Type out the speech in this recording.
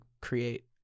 create